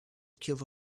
cube